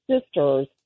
sisters